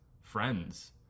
friends